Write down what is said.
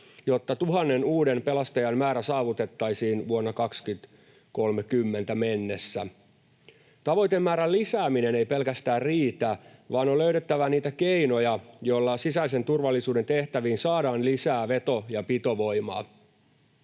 jotta tuhannen uuden pelastajan määrä saavutettaisiin vuoteen 2030 mennessä. Tavoitemäärän lisääminen ei pelkästään riitä, vaan on löydettävä niitä keinoja, joilla sisäisen turvallisuuden tehtäviin saadaan lisää veto- ja pitovoimaa.